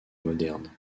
moderne